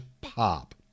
pop